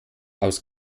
aus